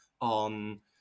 on